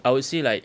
I would say like